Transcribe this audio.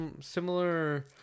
similar